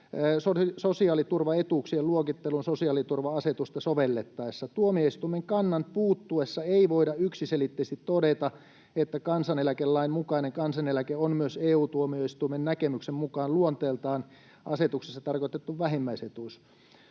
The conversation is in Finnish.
sosiaaliturvaetuuksien luokittelun sosiaaliturva-asetusta sovellettaessa. Tuomioistuimen kannan puuttuessa ei voida yksiselitteisesti todeta, että kansaneläkelain mukainen kansaneläke on myös EU-tuomioistuimen näkemyksen mukaan luonteeltaan asetuksessa tarkoitettu vähimmäisetuus.